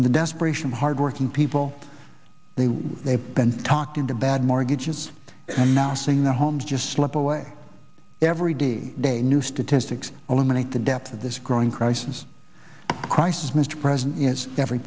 in the desperation of hardworking people the way they've been talking to bad mortgages and now seeing their homes just slip away every day day new statistics eliminate the death of this growing crisis a crisis mr president is every